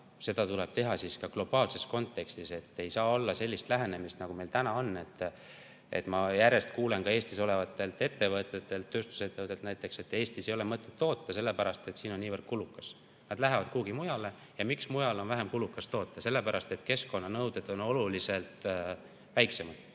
seda tuleb teha ka globaalses kontekstis. Ei tohiks olla sellist lähenemist, nagu meil täna on. Ma järjest kuulen Eestis olevatelt ettevõtetelt, tööstusettevõtetelt näiteks, et Eestis ei ole mõtet toota, sellepärast et siin on see nii kulukas. Nad lähevad kuhugi mujale. Ja miks mujal on vähem kulukas toota? Sellepärast, et keskkonnanõuded on seal oluliselt väiksemad.